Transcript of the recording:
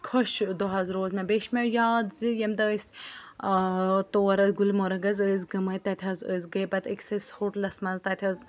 خۄش دۄہ حظ روز مےٚ بیٚیہِ چھُ مےٚ یاد زِ ییٚمہِ دۄہ أسۍ ٲں تور حظ گُلمرگ حظ ٲسۍ گٔمِتۍ تَتہِ حظ أسۍ گٔے پَتہٕ أکِس حظ ہوٹلَس منٛز تَتہِ حظ